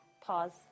pause